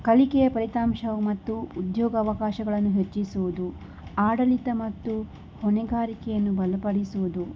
ಕಲಿಕೆಯ ಫಲಿತಾಂಶವು ಮತ್ತು ಉದ್ಯೋಗಾವಕಾಶಗಳನ್ನು ಹೆಚ್ಚಿಸುವುದು ಆಡಳಿತ ಮತ್ತು ಹೊಣೆಗಾರಿಕೆಯನ್ನು ಬಲಪಡಿಸುವುದು